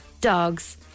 dogs